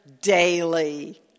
daily